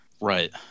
right